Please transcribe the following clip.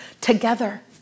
together